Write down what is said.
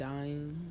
dying